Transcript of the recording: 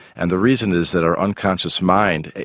and the reason is that our unconscious mind,